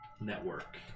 network